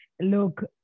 Look